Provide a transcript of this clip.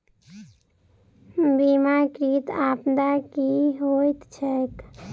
बीमाकृत आपदा की होइत छैक?